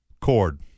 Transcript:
Cord